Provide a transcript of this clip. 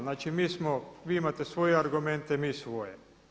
Znači mi smo, vi imate svoje argumente, mi svoje.